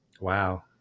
Wow